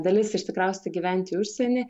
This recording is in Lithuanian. dalis išsikraustė gyventi į užsienį